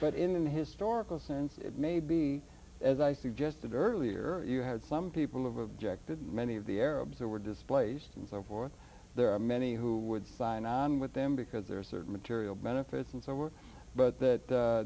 but in the historical sense it may be as i suggested earlier you had some people have objected many of the arabs that were displaced and so forth there are many who would sign on with them because there is that material benefits and so we're but that